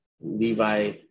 Levi